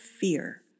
fear